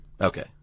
Okay